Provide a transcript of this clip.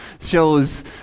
shows